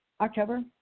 October